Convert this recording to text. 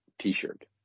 T-shirt